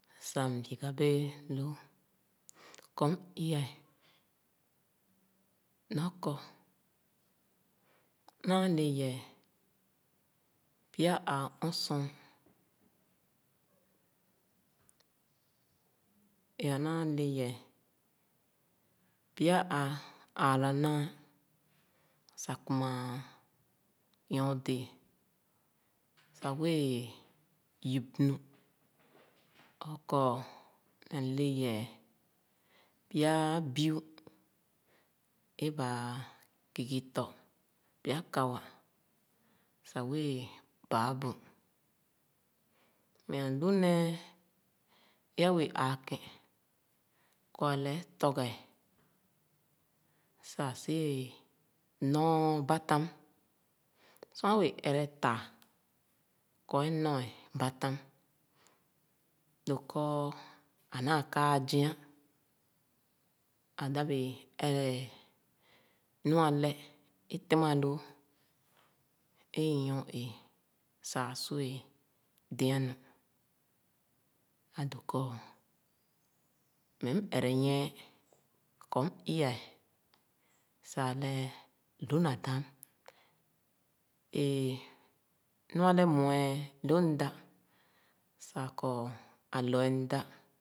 Sah m’yiga bēē lōō kɔ m̄ i-a ē nɔ kɔ naa le yɛɛ pya āā ɔn s ɔn, e’a naa le yɛɛ pya āā āāra naah kuma nyordee sah wēē yup nu or kɔ meh alē yɛɛ pya biu é u kiiki tɔ pya kawa sah wēē bāā bün. Meh alu nēē é a’wēē āā kēn kɔ ale’e tɔga’e sah si ēē nɔ batam. Sor ā wee ere taa kɔ é nɔ batam lō kō ānaa kāā zia, adābe ere nu alɛ é temaloo é inyor-éé sah ā su’e de’a nu. Ā dōō kɔ meh m’ere nyie kɔ m’ i-a’e sah alɛ lu na dam. Ēē nua alɛ mue lō m’da sah kɔ alu’e mda